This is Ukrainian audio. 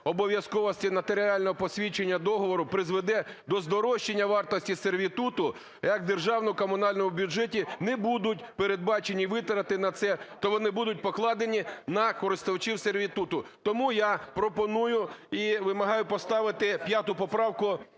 обов'язковості нотаріального посвідчення договору призведе до здорожчання вартості сервітуту, як в державному… комунальному бюджеті не будуть передбачені витрати на це, то вони будуть покладені на користувачів сервітуту. Тому я пропоную і вимагаю поставити 5 поправку